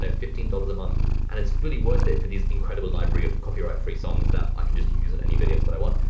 fifteen dollars a month and its fully worth it for these incredible library of copyright free songs that i can just use in any videos that i want,